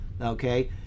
okay